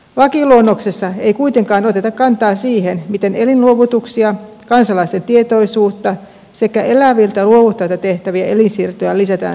lakiluonnoksessa ei kuitenkaan oteta kantaa siihen miten elinluovutuksia kansalaisten tietoisuutta sekä eläviltä luovuttajilta tehtäviä elinsiirtoja lisätään suomessa